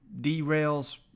derails